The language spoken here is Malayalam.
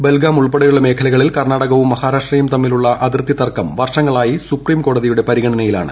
ബൽഗം ഉൾപ്പെടെയുള്ള മേഖലകളിൽ കർണാടകവും മഹാരാഷ്ട്രയും തമ്മിലുള്ള അതിർത്തി തർക്കം വർഷങ്ങളായി സുപ്രീം കോടതിയുടെ പരിഗണനയിലാണ്